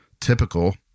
typical